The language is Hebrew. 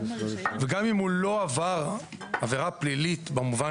וגם אם הוא לא עבר עבירה פלילית במובן